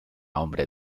hombre